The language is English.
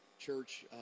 church